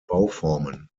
bauformen